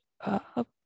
up